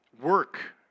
work